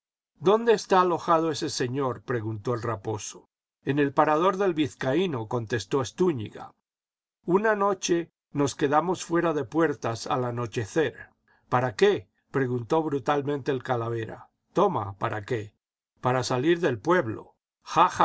idónde está alojado ese señor preguntó el raposo en el parador del vizcaíno contestó estúñiga una noche nos quedamos fuera de puertas al anochecer para qué preguntó brutalmente el calavera toma jpara qué para salir del pueblo